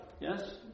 Yes